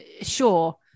sure